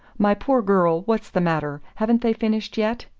my poor girl, what's the matter? haven't they finished yet?